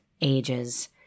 AGES